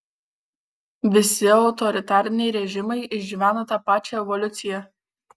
visi autoritariniai režimai išgyvena tą pačią evoliuciją